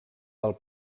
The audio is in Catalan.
del